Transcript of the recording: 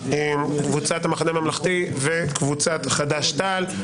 מקבוצת המחנה הממלכתי ומקבוצת חד"ש- תע"ל.